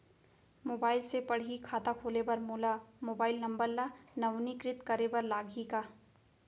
Mobile से पड़ही खाता खोले बर मोला मोबाइल नंबर ल नवीनीकृत करे बर लागही का?